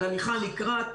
של הליכה לקראת.